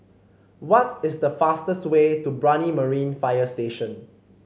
what is the fastest way to Brani Marine Fire Station